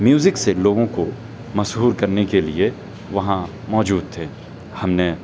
music سے لوگوں کو مسحور کرنے کے لیے وہاں موجود تھے ہم نے